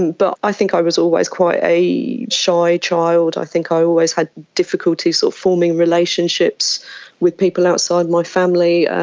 and but i think i was always quite a shy child, i think i always had difficulties so forming relationships with people outside my family.